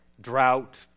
drought